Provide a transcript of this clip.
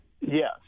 Yes